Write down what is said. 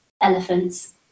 elephants